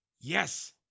yes